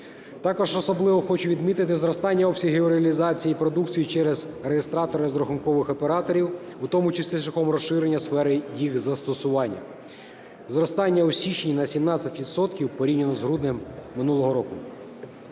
Також особливо хочу відмітити зростання обсягів реалізації продукції через реєстратори розрахункових операторів, у тому числі шляхом розширення сфери їх застосування: зростання у січні на 17 відсотків порівняно з груднем минулого року.